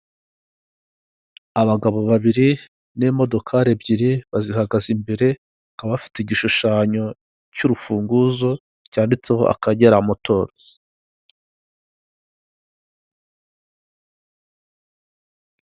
Abagabo babiri, n'imodokari ebyiri, bazihagaze imbere, bakaba bafite igishushanyo cy'urufunguzo cyanditseho akagera motozi.